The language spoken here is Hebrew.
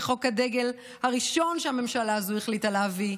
כחוק הדגל הראשון שהממשלה הזאת החליטה להביא,